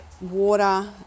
water